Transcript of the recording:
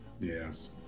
yes